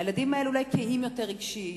הילדים האלה אולי קהים יותר רגשית.